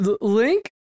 Link